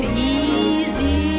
easy